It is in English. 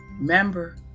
Remember